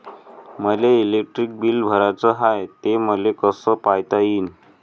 मले electric bill भराचं हाय, ते मले कस पायता येईन?